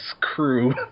crew